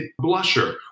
blusher